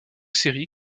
série